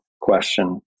question